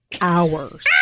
hours